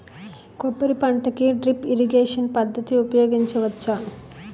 కొబ్బరి పంట కి డ్రిప్ ఇరిగేషన్ పద్ధతి ఉపయగించవచ్చా?